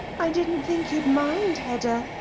i didn't think you'd mind, hedda.